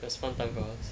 there's one time for us